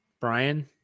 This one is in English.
Brian